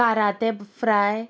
कारातें fry